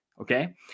Okay